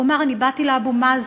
הוא אמר: אני באתי לאבו מאזן,